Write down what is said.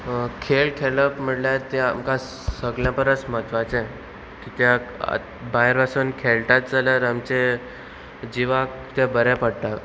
खेळ खेळप म्हळ्यार ते आमकां सगळे परस म्हत्वाचें कित्याक भायर वसून खेळटात जाल्यार आमचें जिवाक तें बरें पडटा